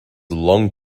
long